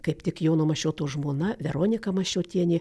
kaip tik jono mašioto žmona veronika mašiotienė